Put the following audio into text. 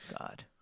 God